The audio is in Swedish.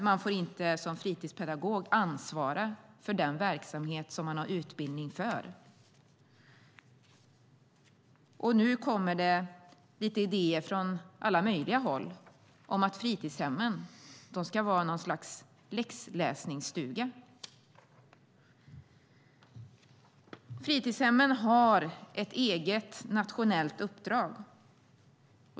Man får som fritidspedagog inte ansvara för den verksamhet som man har utbildning för. Nu kommer det idéer från alla möjliga håll - fritidshemmen ska vara något slags läxläsningsstugor. Fritidshemmen har ett eget nationellt uppdrag.